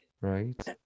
Right